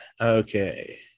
Okay